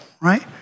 right